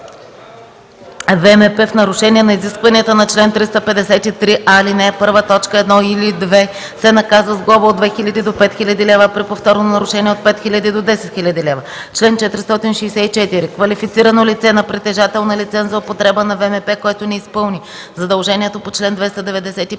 ВМП в нарушение на изискванията на чл. 353а, ал. 1, т. 1 и/или 2, се наказва с глоба от 2000 до 5000 лв., а при повторно нарушение – от 5000 до 10 000 лв. Чл. 464. Квалифицирано лице на притежател на лиценз за употреба на ВМП, което не изпълни задължението по чл. 295,